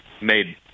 made